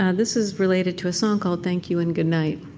yeah this is related to a song called thank you and good night.